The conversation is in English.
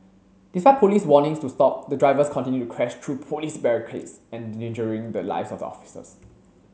despite Police warnings to stop the drivers continued to crash through Police barricades endangering the lives of the officers